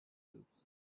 cubes